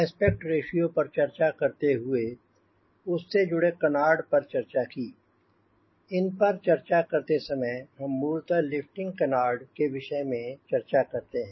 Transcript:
aspect ratio पर चर्चा करते हुए उससे जुड़े कनार्ड पर चर्चा की और इन पर चर्चा करते समय हम मूलत लिफ्टिंग कनार्ड के विषय में चर्चा करते हैं